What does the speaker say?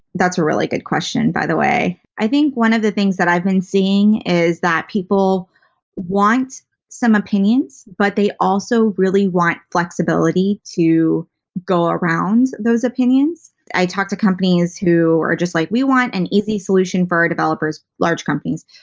that's a really good question, by the way. i think one of the things that i've been seeing is that people want some opinions but they also really want flexibility to go around those opinions. i talk to companies who are just like, we want an easy solution for our developer s large companies.